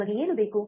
ನಮಗೆ ಏನು ಬೇಕು